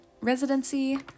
residency